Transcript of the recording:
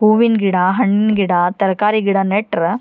ಹೂವಿನ ಗಿಡ ಹಣ್ಣು ಗಿಡ ತರಕಾರಿ ಗಿಡ ನೆಟ್ರೆ